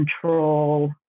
control